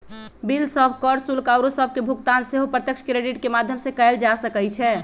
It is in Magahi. बिल सभ, कर, शुल्क आउरो सभके भुगतान सेहो प्रत्यक्ष क्रेडिट के माध्यम से कएल जा सकइ छै